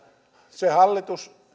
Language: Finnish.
se hallitus